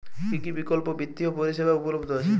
কী কী বিকল্প বিত্তীয় পরিষেবা উপলব্ধ আছে?